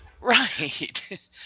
Right